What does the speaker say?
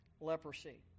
leprosy